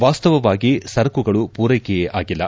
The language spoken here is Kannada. ವಾಸ್ತವವಾಗಿ ಸರಕುಗಳು ಮೂರೈಕೆಯೇ ಆಗಿಲ್ಲ